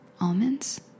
almonds